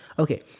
Okay